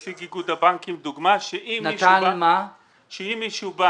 נציג איגוד הבנקים נתן קודם דוגמה שאם מישהו בא